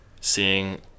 seeing